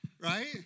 Right